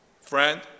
friend